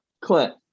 Clint